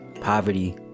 Poverty